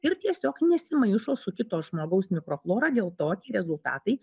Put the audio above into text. ir tiesiog nesimaišo su kito žmogaus mikroflora dėl to tie rezultatai